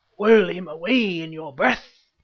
whirl him away in your breath!